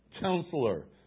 Counselor